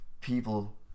people